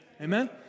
Amen